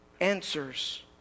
answers